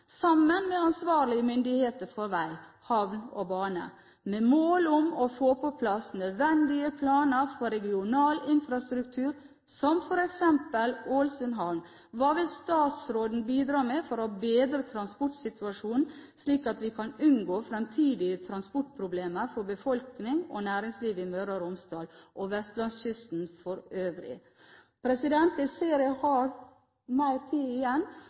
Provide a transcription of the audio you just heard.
sammen med ansvarlige myndigheter for vei, havn og bane, med mål om å få på plass nødvendige planer for regional infrastruktur som f.eks. Ålesund havn. Hva vil statsråden bidra med for å bedre transportsituasjonen, slik at vi kan unngå fremtidige transportproblemer for befolkning og næringsliv i Møre og Romsdal og vestlandskysten for øvrig? Jeg ser jeg har mer taletid igjen.